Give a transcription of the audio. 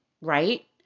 right